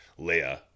Leia